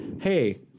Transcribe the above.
hey